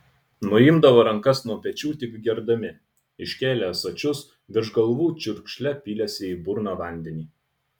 nuimdavo rankas nuo pečių tik gerdami iškėlę ąsočius virš galvų čiurkšle pylėsi į burną vandenį